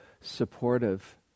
supportive